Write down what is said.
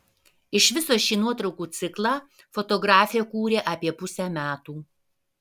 iš viso šį nuotraukų ciklą fotografė kūrė apie pusę metų